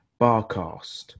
BarCast